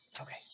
okay